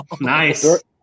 nice